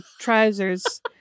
trousers